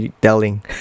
telling